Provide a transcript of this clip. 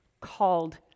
called